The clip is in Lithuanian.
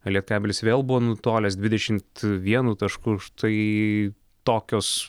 lietkabelis vėl buvo nutolęs dvidešimt vienu tašku štai tokios